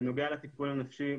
בנוגע לטיפול הנפשי,